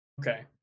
Okay